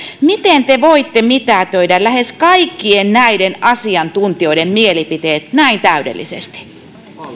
miten te voitte mitätöidä lähes kaikkien näiden asiantuntijoiden mielipiteet näin täydellisesti